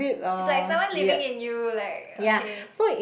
it's like someone living in you like okay